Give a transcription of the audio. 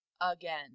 again